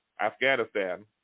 Afghanistan